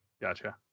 Gotcha